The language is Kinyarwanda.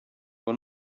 uwo